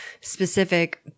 specific